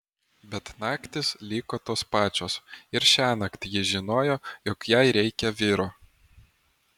bet naktys liko tos pačios ir šiąnakt ji žinojo jog jai reikia vyro